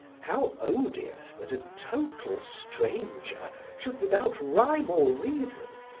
how odious that a total stranger should without rhyme or reason,